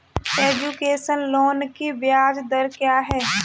Education loan की ब्याज दर क्या है?